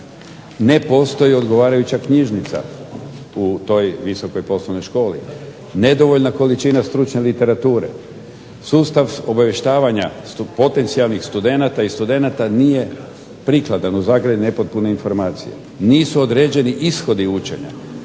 Ne postoji odgovarajuća knjižnica, nedovoljna količina stručne literature, sustav obavještavanja potencijalnih studenata nije prikladan (nepotpune informacije), nisu određeni ishodi učenja,